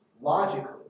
logically